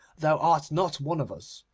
thou art not one of us.